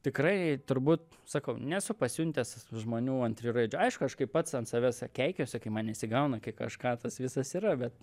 tikrai turbūt sakau nesu pasiuntęs žmonių ant trijų raidžių aišku aš kaip pats ant savęs keikiuosi kai man nesigauna kai kažką tas visas yra bet